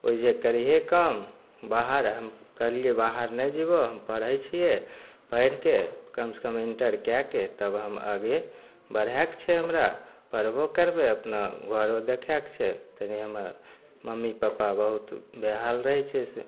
ओइजे करहेँ काम बाहर हम कहलिए बाहर नहि जेबौ हम पढ़ै छिए पढ़िके कमसे कम इण्टर कैके तब हम आगे बढ़ैके छै हमरा पढ़बो करबै अपना घरो देखैके छै तनि हम्मर मम्मी पप्पा बहुत बेहाल रहै छै से